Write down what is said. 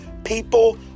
People